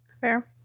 fair